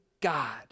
God